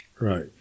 Right